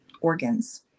organs